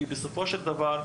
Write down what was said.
כי בסופו של דבר,